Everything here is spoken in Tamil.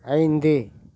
ஐந்து